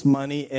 money